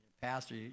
pastor